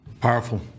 Powerful